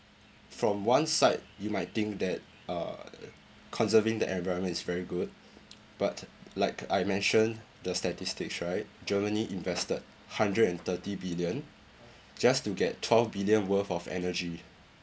from one side you might think that uh conserving the environment is very good but like I mentioned the statistics right germany invested hundred and thirty billion just to get twelve billion worth of energy